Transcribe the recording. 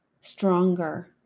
stronger